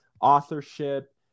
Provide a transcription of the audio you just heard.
authorship